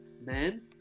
men